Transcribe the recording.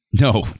No